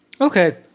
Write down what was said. okay